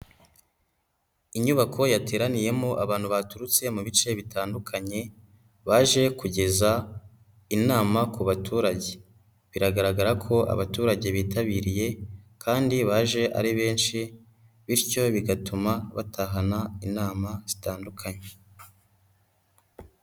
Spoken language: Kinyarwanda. Inyubako yateraniyemo abantu baturutse mu bice bitandukanye, baje kugeza inama ku baturage. Biragaragara ko abaturage bitabiriye kandi baje ari benshi, bityo bigatuma batahana inama zitandukanye.